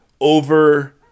over